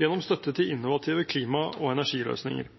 gjennom støtte til innovative klima- og energiløsninger.